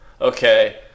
Okay